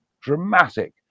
dramatic